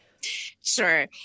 Sure